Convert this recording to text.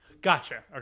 Gotcha